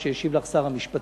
עם מה שהשיב לך שר המשפטים.